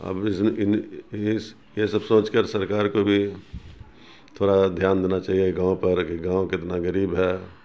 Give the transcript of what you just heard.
اب یہ سب سوچ کر سرکار کو بھی تھوڑا دھیان دینا چاہیے گاؤں پر کہ گاؤں کتنا غریب ہے